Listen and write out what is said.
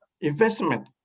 investment